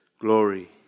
glory